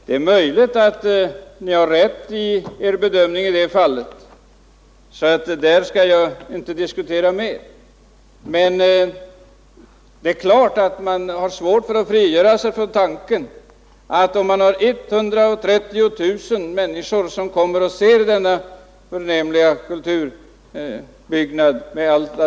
Det är möjligt att Kulturhistoriska föreningen har rätt i sin bedömning, men om 130 000 personer besöker detta förnämliga museum så är det svårt att frigöra sig från tanken att det inte är fråga om mer än 50 öre per biljett för att få in begärda medel.